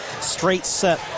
straight-set